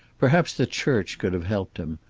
perhaps the church could have helped him,